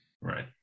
Right